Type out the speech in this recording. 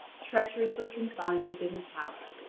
treacherously confined within a tower.